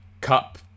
Cup